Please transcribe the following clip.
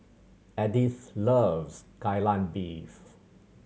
Edyth loves Kai Lan Beef